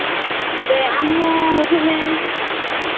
ᱛᱚᱵᱮ ᱟᱢ ᱦᱚᱸ ᱦᱤᱡᱩᱜ ᱢᱮ